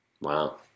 Wow